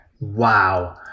Wow